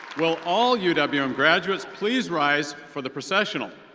will all u w m graduates please rise for the processional.